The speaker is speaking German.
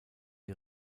die